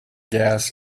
gas